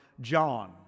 John